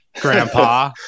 Grandpa